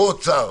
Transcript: עוד שר,